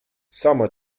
sama